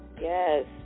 Yes